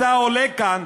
אתה עולה כאן,